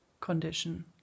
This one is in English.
condition